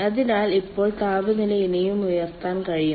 അതിനാൽ ഇപ്പോൾ താപനില ഇനിയും ഉയർത്താൻ കഴിയും